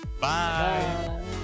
Bye